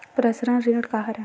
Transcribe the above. Personal ऋण का हरय?